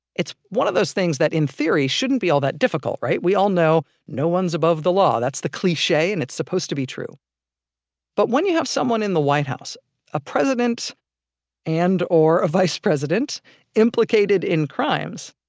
it's one of those things that, in theory, shouldn't be all that difficult, right? we all know no one's above the law. that's the cliche, and it's supposed to be true but when you have someone in the white house a president and or a vice president implicated in crimes,